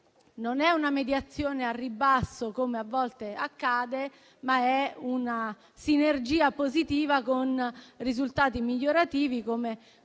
non è una mediazione al ribasso, come a volte accade, ma è una sinergia positiva con risultati migliorativi, come